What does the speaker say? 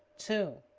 to